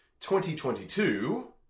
2022